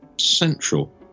central